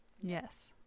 Yes